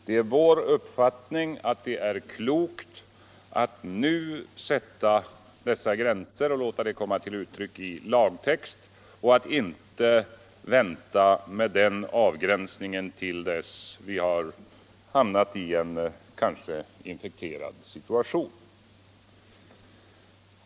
Det är vår uppfattning att det är klokt att nu sätta dessa gränser och låta det komma till uttryck i lagtext och inte vänta med den avgränsningen tills vi kanske hamnat i en infekterad situation.